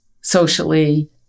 socially